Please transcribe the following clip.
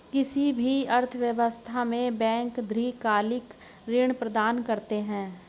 किसी भी अर्थव्यवस्था में बैंक दीर्घकालिक ऋण प्रदान करते हैं